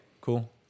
Cool